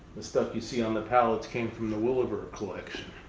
the stuff you see on the pallets came from the willever collection.